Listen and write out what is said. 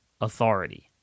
authority